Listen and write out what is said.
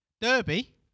Derby